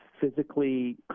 physically